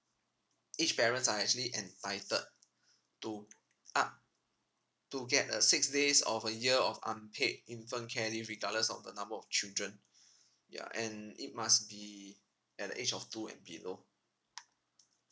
each parents are actually entitled to up to get a six days of a year of unpaid infant care leave regardless of the number of children ya and it must be at the age of two and below